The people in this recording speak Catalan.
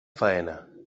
faena